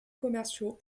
commerciaux